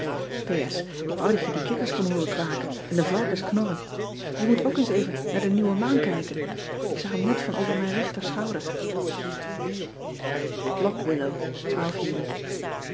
k wou dat je die kikkers kon hooren kwaken en de varkens knorren e moet ook eens even naar de nieuwe maan kijken k zag hem niet van over mijn rechter schouder ock illow uli